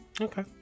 Okay